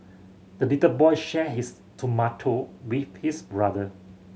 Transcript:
the little boy shared his tomato with his brother